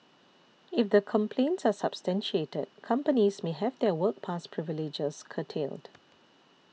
if the complaints are substantiated companies may have their work pass privileges curtailed